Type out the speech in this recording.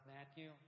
Matthew